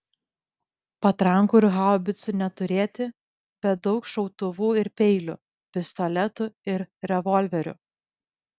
patrankų ir haubicų neturėti bet daug šautuvų ir peilių pistoletų ir revolverių